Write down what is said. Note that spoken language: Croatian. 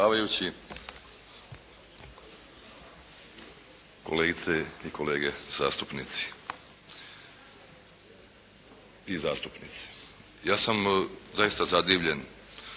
predsjedavajući, kolegice i kolege zastupnici i zastupnice. Ja sam zaista zadivljen